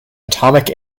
atomic